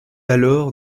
alors